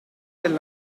del